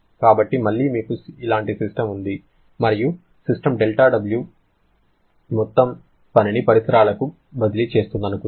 కాబట్టి మళ్లీ మీకు ఇలాంటి సిస్టమ్ ఉంది మరియు సిస్టమ్ δW మొత్తం పనిని పరిసరాలకు బదిలీ చేస్తోందనుకుందాం